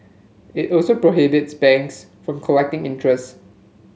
it also prohibits banks from collecting interest